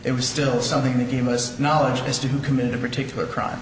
it was still something that you must knowledge as to who committed a particular crime